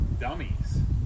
dummies